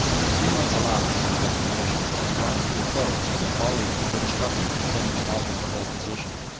the three months allowed for the evacuation was drawing to a close when the folly of the british government suddenly altered the whole position.